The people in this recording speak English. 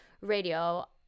radio